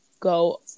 go